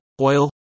oil